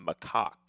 macaque